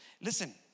Listen